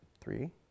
Three